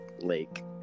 Lake